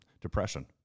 depression